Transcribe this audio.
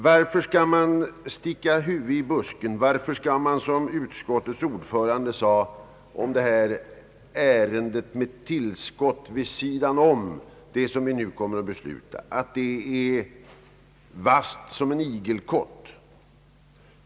Utskottets ordförande talade i utskottet om igelkott då vi diskuterade motionärernas förslag och ansåg att man skulle akta sig för dess taggar.